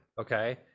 okay